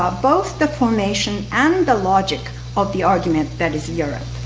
ah both the formation and the logic of the argument that is europe.